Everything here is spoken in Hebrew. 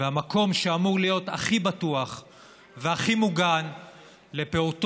והמקום שאמור להיות הכי בטוח והכי מוגן לפעוטות